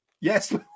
Yes